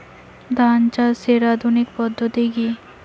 ধান চাষের আধুনিক পদ্ধতি কি?